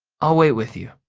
i'll wait with you,